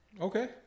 Okay